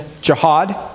jihad